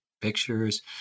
pictures